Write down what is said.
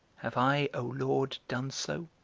have i, o lord, done so?